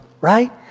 right